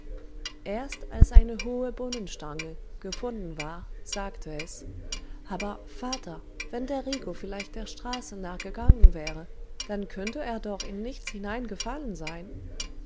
erst als eine hohe bohnenstange gefunden war sagte es aber vater wenn der rico vielleicht der straße nach gegangen wäre dann könnte er doch in nichts hineingefallen sein